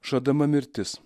žadama mirtis